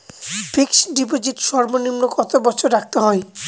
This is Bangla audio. ফিক্সড ডিপোজিট সর্বনিম্ন কত বছর রাখতে হয়?